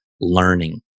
learning